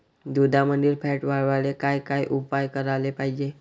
दुधामंदील फॅट वाढवायले काय काय उपाय करायले पाहिजे?